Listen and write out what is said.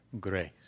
grace